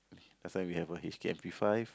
that's why we have a H_K M_P-five